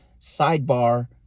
sidebar